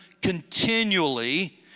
continually